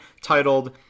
titled